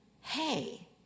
Hey